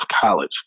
college